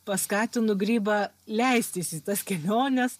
paskatino grybą leistis į tas keliones